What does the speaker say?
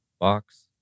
box